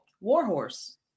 Warhorse